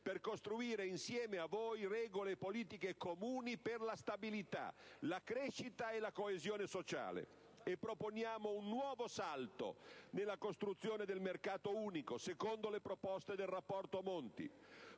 per costruire insieme a voi regole politiche comuni per la stabilità, la crescita e la coesione sociale e proponiamo un nuovo salto nella costruzione del mercato unico secondo le proposte del rapporto Monti.